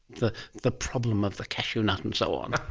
the the problem of the cashew nut and so on?